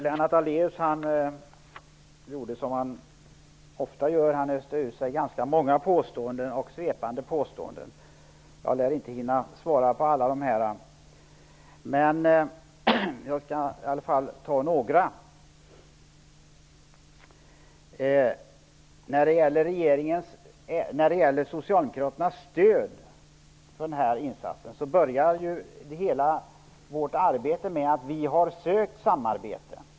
Herr talman! Lennart Daléus öste ur sig ganska många och svepande påståenden, vilket han ofta gör. Jag lär inte hinna kommentera alla, men jag skall i alla fall besvara några. Vi socialdemokrater inledde vårt arbete med att söka samarbete.